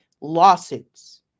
lawsuits